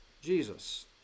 Jesus